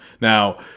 Now